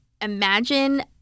imagine